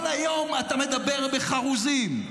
כל היום אתה מדבר בחרוזים.